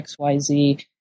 XYZ